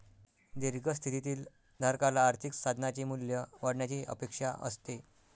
दीर्घ स्थितीतील धारकाला आर्थिक साधनाचे मूल्य वाढण्याची अपेक्षा असते